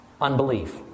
unbelief